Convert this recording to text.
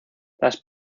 las